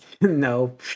No